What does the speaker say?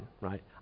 right